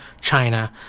China